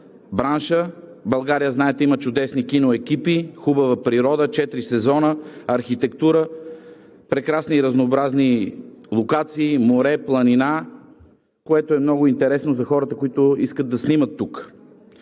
бранша – България, знаете, има чудесни киноекипи, хубава природа, четири сезона, архитектура, прекрасни и разнообразни локации – море, планина, което е много интересно за хората, които искат да снимат тук.